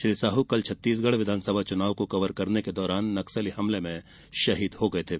श्री साह कल छत्तीसगढ विधानसभा चुनाव को कवर करने के दौरान नक्सली हमले में शहीद हो गये